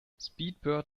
speedbird